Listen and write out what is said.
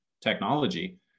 technology